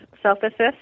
self-assist